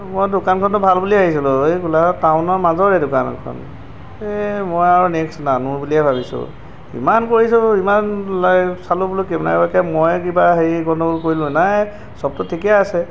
মই দোকানখনতো ভাল বুলি ভাবিছিলোঁ এই গোলাঘাট টাউনৰ মাজৰে দোকানখন এই মই আৰু নেক্সট নানো বুলিয়েই ভাবিছোঁ ইমান কৰিছোঁ ইমান চালোঁ বোলো কেনেবাকৈ মইয়ে কিবা হেৰি গণ্ডগোল কৰিলোঁ নাই চবটো ঠিকে আছে